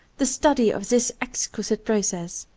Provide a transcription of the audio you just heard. the study of this exquisite process,